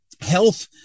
health